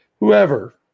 Whoever